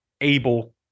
able